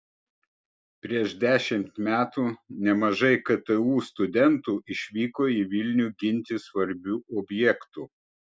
prieš dešimt metų nemažai ktu studentų išvyko į vilnių ginti svarbių objektų